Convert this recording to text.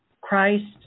Christ